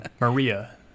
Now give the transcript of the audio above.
Maria